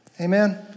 Amen